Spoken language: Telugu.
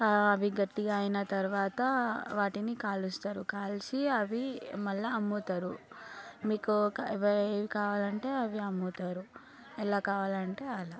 అవి గట్టిగా అయిన తర్వాత వాటిని కాలుస్తారు కాల్చి అవి మళ్ళీ అమ్ముతారు మీకు ఒక వెయ్యి కావాలంటే అవి అమ్ముతారు ఎలా కావాలంటే అలా